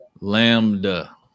Lambda